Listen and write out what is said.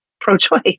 pro-choice